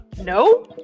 No